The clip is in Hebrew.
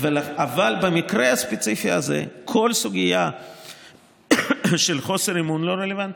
אבל במקרה הספציפי הזה כל הסוגיה של חוסר אמון לא רלוונטית,